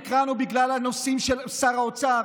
האם נקראנו בגלל הנושאים של שר האוצר?